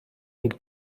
und